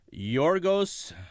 Yorgos